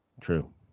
True